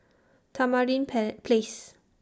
Tamarind pair Place